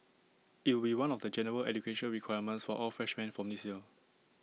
IT will be one of the general education requirements for all freshmen from this year